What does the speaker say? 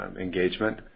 engagement